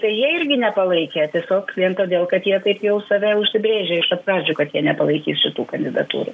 tai jie irgi nepalaikė tiesiog vien todėl kad jie taip jau save užsibrėžė pradžių kad jie nepalaikys šitų kandidatūrų